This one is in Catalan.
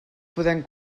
podent